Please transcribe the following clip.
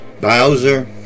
Bowser